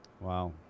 Wow